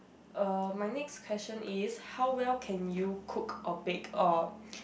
uh my next question is how well can you cook or bake or